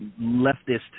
leftist